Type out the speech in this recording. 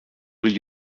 will